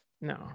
No